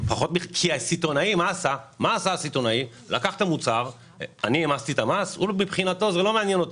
מה עשה הסיטונאי, אותו לא מעניין,